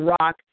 rock